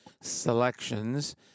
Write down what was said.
selections